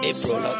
April